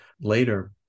later